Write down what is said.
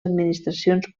administracions